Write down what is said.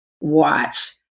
watch